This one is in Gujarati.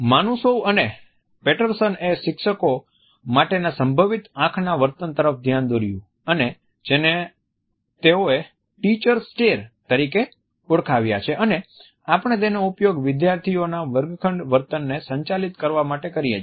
માનુસોવ અને પેટરસનએ શિક્ષકો માટેના સંભવિત આંખના વર્તન તરફ ધ્યાન દોર્યું અને જેને તેઓએ ટીચર સ્ટેર તરીકે ઓળખાવ્યા છે અને આપણે તેનો ઉપયોગ વિદ્યાર્થીઓના વર્ગખંડ વર્તનને સંચાલિત કરવા માટે કરીએ છીએ